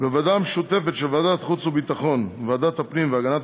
בוועדה המשותפת של ועדת החוץ והביטחון וועדת הפנים והגנת